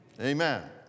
Amen